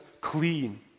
clean